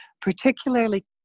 particularly